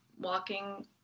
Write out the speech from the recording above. walking